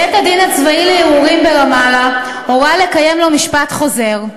בית-הדין הצבאי לערעורים ברמאללה הורה לקיים לו משפט חוזר,